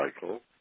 cycle